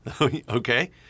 okay